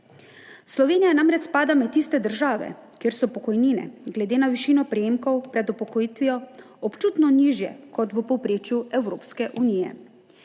Slovenija namreč spada med tiste države, kjer so pokojnine glede na višino prejemkov pred upokojitvijo občutno nižje kot v povprečju Evropske unije.